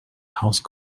house